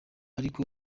ariko